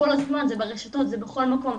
זה כל הזמן ברשתות ובכל מקום.